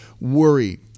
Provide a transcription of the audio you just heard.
worry